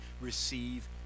receive